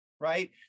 right